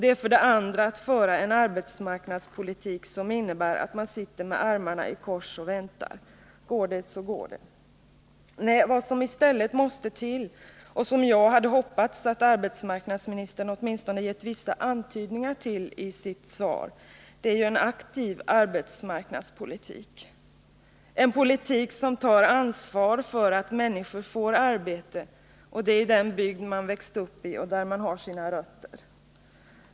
Det är för det andra att föra en arbetsmarknadspolitik som innebär att man sitter med armarna i kors och väntar — går det så går det. Nej, vad som i stället måste till och som jag hade hoppats att arbetsmarknadsministern åtminstone skulle ha gett vissa antydningar till i sitt ens effekter på sysselsättningen ens effekter på sysselsättningen svar, det är ju en aktiv arbetsmarknadspolitik, en politik som tar ansvar för att människor får arbete och det i den bygd man växt upp i och där man har sina rötter.